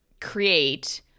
create